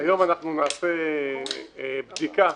היום נעשה בדיקה